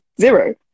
zero